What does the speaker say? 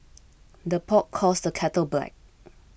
the pot calls the kettle black